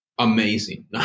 Amazing